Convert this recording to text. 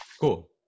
Cool